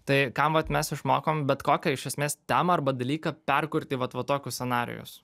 tai ką vat mes išmokom bet kokią iš esmės temą arba dalyką perkurt į vat va tokius scenarijus